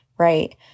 Right